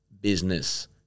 business